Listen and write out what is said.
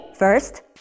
First